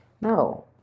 No